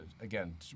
Again